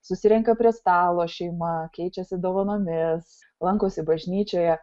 susirenka prie stalo šeima keičiasi dovanomis lankosi bažnyčioje